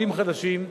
עולים חדשים,